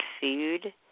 food